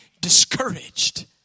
discouraged